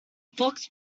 fox